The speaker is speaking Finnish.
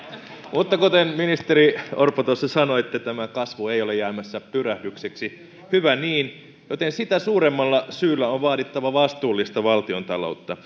mutta kuten ministeri orpo sanoitte kasvu ei ole jäämässä pyrähdykseksi hyvä niin joten sitä suuremmalla syyllä on vaadittava vastuullista valtiontaloutta